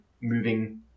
moving